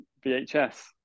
VHS